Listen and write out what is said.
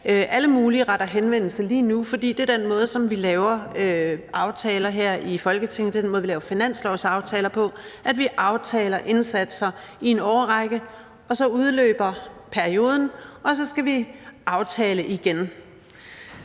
laver aftaler på her i Folketinget, og det er den måde, vi laver finanslovsaftaler på, altså at vi aftaler indsatser for en årrække – og så udløber perioden, og så skal vi lave en